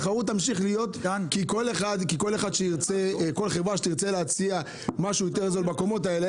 התחרות תמשיך להיות כי כל חברה יכולה להציע משהו זול יותר בקומות האלה.